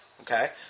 okay